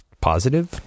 positive